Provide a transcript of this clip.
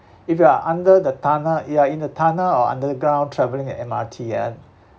if you are under the tunnel ya in the tunnel or underground travelling at M_R_T ah